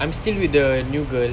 I'm still with the new girl